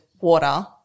water